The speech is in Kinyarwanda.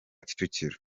kicukiro